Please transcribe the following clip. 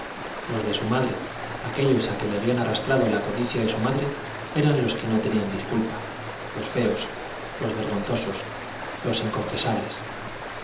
los de su madre aquellos a que le había arrastrado la codicia de su madre eran los que no tenían disculpa los feos los vergonzosos los inconfesables